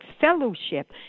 Fellowship